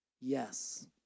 Yes